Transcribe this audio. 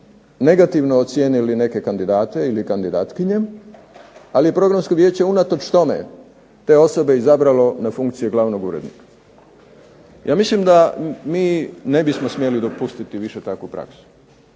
negativno ocijenili neke kandidate ili kandidatkinje ali je Programsko vijeće unatoč tome te osobe izabralo na funkcije glavnog urednika. Ja mislim da mi ne bismo smjeli dopustiti više takvu praksu.